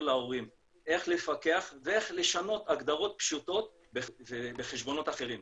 להורים איך לפקח ואיך לשנות הגדרות פשוטות בחשבונות אחרים.